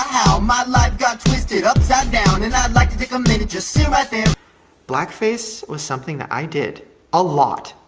how my life got twisted upside down and i'd like to take a minute, just sit right there blackface was something that i did a lot,